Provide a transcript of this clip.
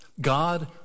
God